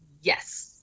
yes